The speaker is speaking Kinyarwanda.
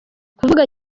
kuvuga